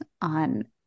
on